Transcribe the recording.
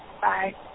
Bye